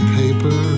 paper